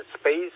space